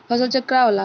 फसल चक्र का होला?